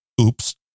Oops